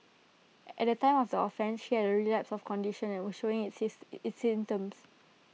at the time of the offence she had A relapse of her condition and was showing its his its symptoms